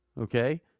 Okay